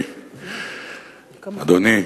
אדוני,